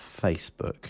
Facebook